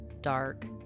dark